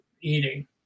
eating